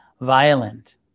violent